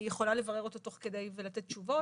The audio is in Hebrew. אני יכולה לברר אותו תוך כדי ולתת תשובות.